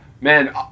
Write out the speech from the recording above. man